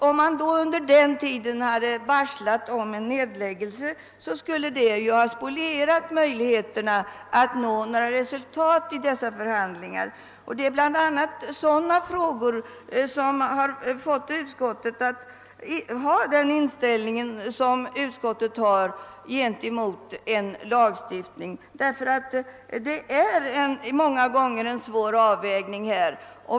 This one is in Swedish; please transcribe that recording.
Om företaget under denna tid hade varslat om en nedläggning, skulle detta ha spolierat möjligheterna att nå resultat vid förhandlingarna. Det är bl.a. sådana förhållanden som bidragit till att utskottet intagit den hållning det har gentemot en lagstiftning. Det rör sig härvidlag många gånger om en svår avvägning.